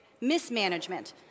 mismanagement